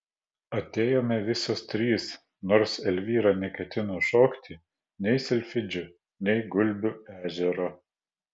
atėjome visos trys nors elvyra neketino šokti nei silfidžių nei gulbių ežero